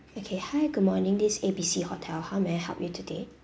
okay hi good morning this is A B C hotel how may I help you today